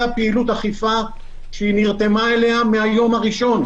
פעילות אכיפה שהיא נרתמה אליה מהיום הראשון.